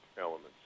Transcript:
elements